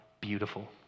beautiful